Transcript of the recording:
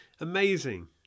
Amazing